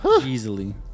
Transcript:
easily